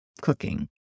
cooking